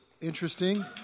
interesting